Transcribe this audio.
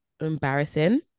embarrassing